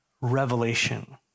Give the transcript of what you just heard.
revelation